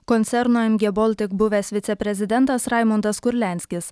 koncerno mg baltic buvęs viceprezidentas raimundas kurlianskis